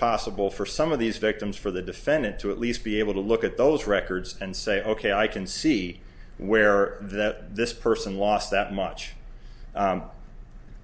impossible for some of these victims for the defendant to at least be able to look at those records and say ok i can see where that this person lost that much